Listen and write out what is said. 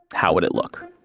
how would it look?